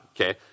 Okay